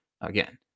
again